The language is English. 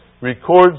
records